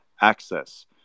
access